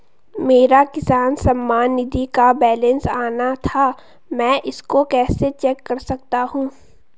मेरा किसान सम्मान निधि का बैलेंस आना था मैं इसको कैसे चेक कर सकता हूँ?